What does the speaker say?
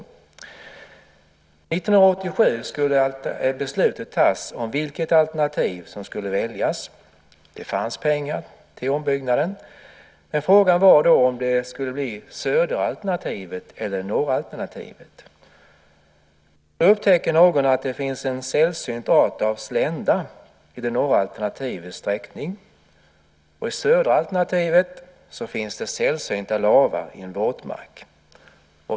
År 1987 skulle beslutet fattas om vilket alternativ som skulle väljas. Det fanns pengar till ombyggnaden. Frågan gällde om det skulle bli söderalternativet eller norralternativet. Då upptäckte någon att det finns en sällsynt art av slända i det norra alternativets sträckning, och i det södra alternativets sträckning finns det sällsynta lavar i en våtmark.